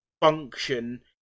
function